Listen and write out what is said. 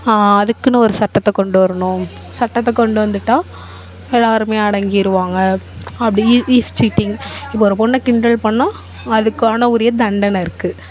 அதுக்கென்னு ஒரு சட்டத்தை கொண்டு வரணும் சட்டத்தை கொண்டு வந்துவிட்டா எல்லாேருமே அடங்கிடுவாங்க அப்படி ஈ ஈஸ் டீட்டிங் இப்போது ஒரு பொண்ணை கிண்டல் பண்ணிணா அதுக்கான உரிய தண்டனை இருக்குது